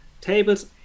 Tables